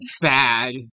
bad